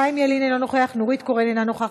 חיים ילין, אינו נוכח, נורית קורן, אינה נוכחת,